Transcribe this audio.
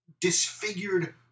disfigured